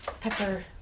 pepper